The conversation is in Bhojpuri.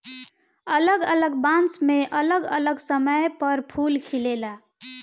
अलग अलग बांस मे अलग अलग समय पर फूल खिलेला